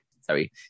Sorry